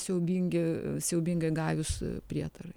siaubingi siaubingai gajūs prietarai